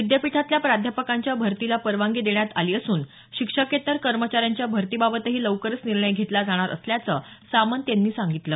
विद्यापीठातल्या प्राध्यापकांच्या भरतीला परवानगी देण्यात आली असून शिक्षकेतर कर्मचाऱ्यांच्या भरतीबाबतही लवकरच निर्णय घेतला जाणार असल्याचं सामंत यांनी सांगितलं